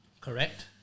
Correct